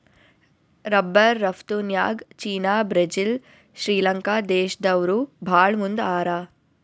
rubber ರಫ್ತುನ್ಯಾಗ್ China Brazil Sri Lanka ದೇಶ್ದವ್ರು ಭಾಳ್ ಮುಂದ್ ಹಾರ